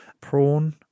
prawn